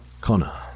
Connor